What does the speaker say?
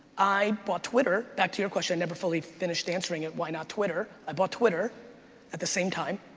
i bought twitter, back to your question, i never fully finished answering it, why not twitter? i bought twitter at the same time.